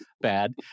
bad